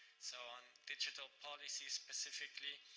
so on digital policy specifically,